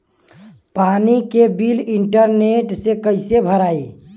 पानी के bill internet से कइसे भराई?